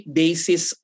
basis